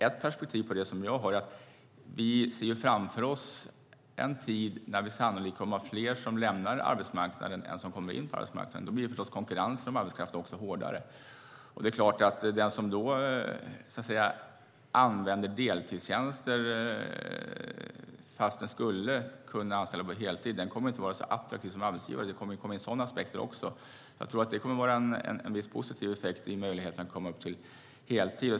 Ett perspektiv som jag har är att vi framöver sannolikt kommer att ha fler som lämnar arbetsmarknaden än som kommer in på arbetsmarknaden. Då blir förstås konkurrensen om arbetskraften också hårdare. Det är klart att den som då använder deltidstjänster fast den skulle kunna anställa på heltid inte kommer att vara så attraktiv som arbetsgivare. Det kommer in sådana aspekter också. Jag tror att detta kommer att innebära en viss positiv effekt för möjligheten att komma upp till heltid.